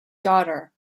daughter